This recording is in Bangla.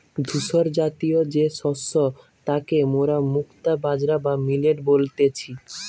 ধূসরজাতীয় যে শস্য তাকে মোরা মুক্তা বাজরা বা মিলেট বলতেছি